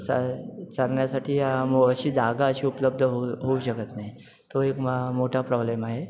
चाल चालण्यासाठी अशी जागा अशी उपलब्ध होऊ होऊ शकत नाही तो एक मा मोठा प्रॉब्लेम आहे